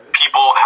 people